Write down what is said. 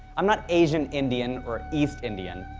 i'm not asian indian or east indian.